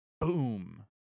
boom